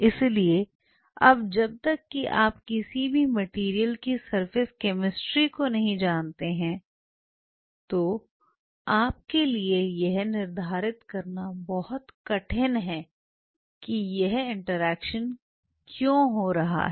इसलिए अब जब तक कि आप किसी भी मटेरियल की सरफेस केमिस्ट्री को नहीं जानते हैं तो आपके लिए यह निर्धारित करना बहुत कठिन है कि यह इंटरैक्शन क्यों हो रही है